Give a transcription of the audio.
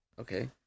Okay